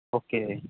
okay